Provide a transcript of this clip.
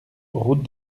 route